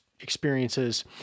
experiences